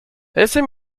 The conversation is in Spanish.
ese